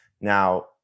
Now